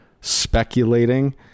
speculating